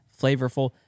flavorful